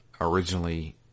Originally